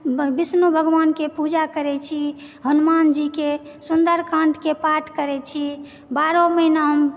विष्णु भगवानके पूजा करैत छी हनुमान जीकेँ सुन्दरकाण्डके पाठ करैत छी बारहो महीना हम